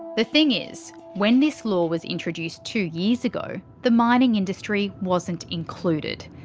the thing is, when this law was introduced two years ago the mining industry wasn't included.